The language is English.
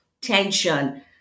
tension